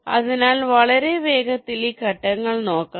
അതിനാൽ വളരെ വേഗത്തിൽ ഈ ഘട്ടങ്ങൾ നോക്കാം